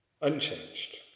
unchanged